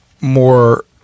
more